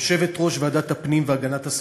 יושבת-ראש ועדת הפנים והגנת הסביבה,